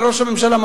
לראש הממשלה,